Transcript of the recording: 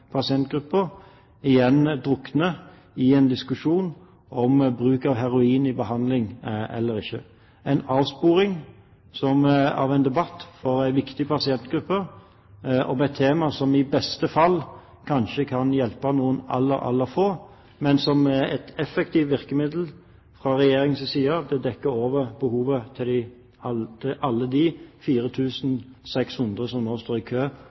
igjen drukner i en diskusjon om bruk av heroin eller ikke i behandling – en avsporing av en debatt for en viktig pasientgruppe, om et tema som i beste fall kanskje kan hjelpe noen veldig få, men som er et effektivt virkemiddel fra Regjeringens side til å dekke over behovet til alle de 4 600 som nå står i kø